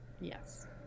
Yes